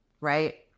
Right